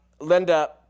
Linda